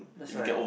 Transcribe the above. that's why